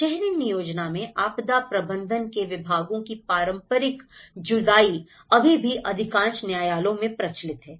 शहरी नियोजन में आपदा प्रबंधन के विभागों की पारंपरिक जुदाई अभी भी अधिकांश न्यायालयों में प्रचलित है